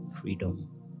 freedom